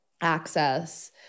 access